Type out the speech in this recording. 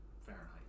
Fahrenheit